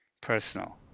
personal